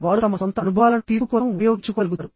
వారు తమ సొంత అనుభవాలను తీర్పు కోసం ఉపయోగించుకోగలుగుతారు